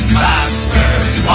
bastards